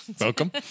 Welcome